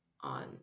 on